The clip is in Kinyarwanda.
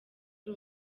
ari